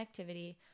connectivity